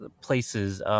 places